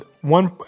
one